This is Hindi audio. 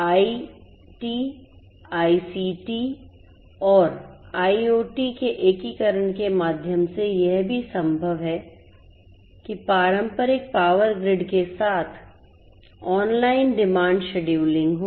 आईटी आईसीटी और आईओटी के एकीकरण के माध्यम से यह भी संभव है कि पारंपरिक पावर ग्रिड के साथ ऑनलाइन डिमांड शेड्यूलिंग हो